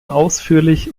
ausführlich